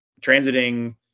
transiting